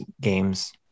games